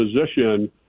position